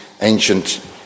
ancient